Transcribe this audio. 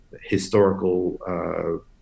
historical